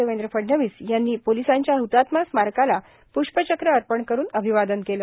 देवेंद्र फडणवीस यांनी पोलिसांच्या हतात्मा स्मारकाला प्ष्पचक्र अर्पण करून अभिवादन केलं